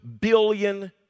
billion